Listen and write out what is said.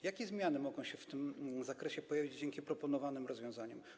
Jakie zmiany mogą się w tym zakresie pojawić dzięki proponowanym rozwiązaniom?